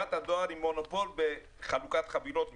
חברת הדואר היא מונופול בחלוקת חבילות מחו"ל,